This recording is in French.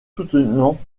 soutenant